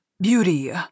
Beauty